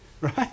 Right